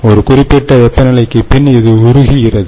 ஒரு குறிப்பிட்ட வெப்பநிலைக்கு பின் இது உருகுகிறது